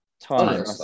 Time